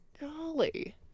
golly